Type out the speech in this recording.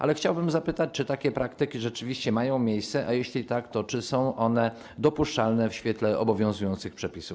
Ale chciałbym zapytać: Czy takie praktyki rzeczywiście mają miejsce, a jeśli tak, to czy są one dopuszczalne w świetle obowiązujących przepisów?